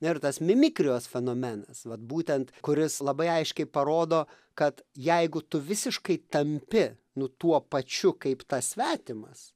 ir tas mimikrijos fenomenas vat būtent kuris labai aiškiai parodo kad jeigu tu visiškai tampi nu tuo pačiu kaip tas svetimas